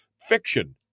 fiction